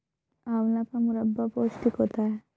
आंवला का मुरब्बा पौष्टिक होता है